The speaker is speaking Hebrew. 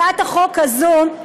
הצעת החוק הזו,